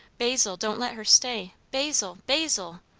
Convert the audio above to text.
basil, don't let her stay. basil, basil!